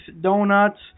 donuts